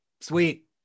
Sweet